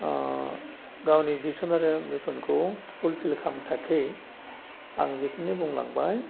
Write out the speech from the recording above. गावनि भिसन आरो मिसनखौ फुलफिल खालामनो थाखै आं जिखिनि बुंलांबाय